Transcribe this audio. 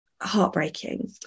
Heartbreaking